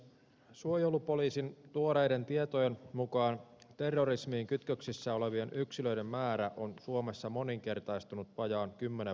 suojelupoliisin tuoreiden tietojen mukaan terrorismiin kytköksissä olevien yksilöiden määrä on suomessa moninkertaistunut vajaan kymmenen vuoden aikana